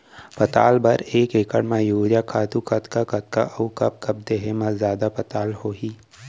पताल बर एक एकड़ म यूरिया खातू कतका कतका अऊ कब कब देहे म जादा पताल होही?